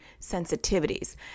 sensitivities